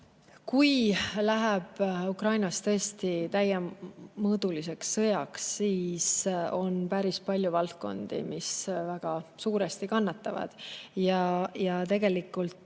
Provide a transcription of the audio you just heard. Kui läheb Ukrainas tõesti täiemõõduliseks sõjaks, siis on päris palju valdkondi, mis väga suuresti kannatavad. Tegelikult